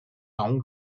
hong